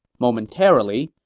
momentarily,